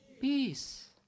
Peace